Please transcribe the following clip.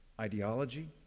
ideology